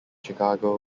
chicago